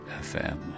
FM